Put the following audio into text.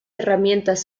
herramientas